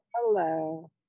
Hello